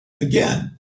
Again